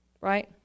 Right